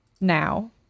now